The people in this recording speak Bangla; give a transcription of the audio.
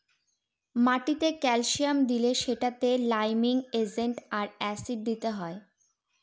মাটিতে ক্যালসিয়াম দিলে সেটাতে লাইমিং এজেন্ট আর অ্যাসিড দিতে হয়